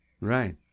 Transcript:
right